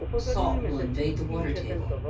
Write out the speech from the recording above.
salt will invade the water table,